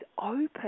open